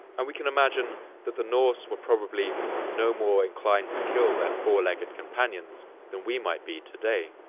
and we can imagine that the norse were probably no more inclined to kill their four-legged companions than we might be today,